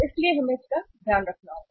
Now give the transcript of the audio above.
इसलिए हमें इसका ध्यान रखना होगा